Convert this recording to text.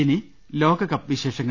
ഇനി ലോകകപ്പ് വിശേഷങ്ങൾ